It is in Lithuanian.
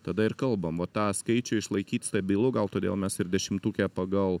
tada ir kalbam va tą skaičių išlaikyt stabilų gal todėl mes ir dešimtuke pagal